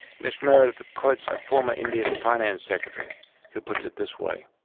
miss meredith quotes a former indian finance secretary who puts it this way